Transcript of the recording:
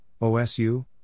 OSU